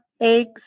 eggs